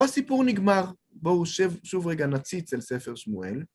פה הסיפור נגמר, בואו שוב רגע נציץ אל ספר שמואל...